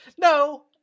No